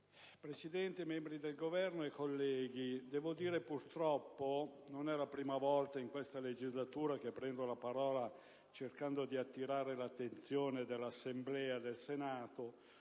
Presidente, onorevoli membri del Governo, colleghi, purtroppo non è la prima volta che in questa legislatura prendo la parola cercando di attirare l'attenzione dell'Assemblea del Senato